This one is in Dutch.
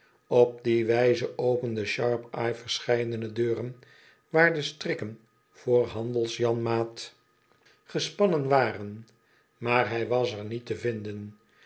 op die wijze opende sharpeye verscheidene deuren waar de strikken voor handels janmaat gespannen waren maar hij was er niet te vinden